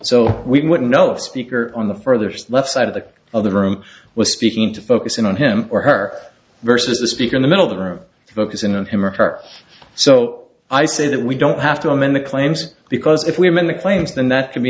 so we wouldn't know if speaker on the furtherest left side of the other room was speaking to focus in on him or her versus the speaker in the middle of the room focusing on him or her so i say that we don't have to amend the claims because if we amend the claims then that c